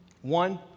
One